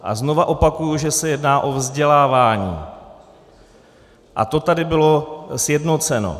A znovu opakuji, že se jedná o vzdělávání, a to tady bylo sjednoceno.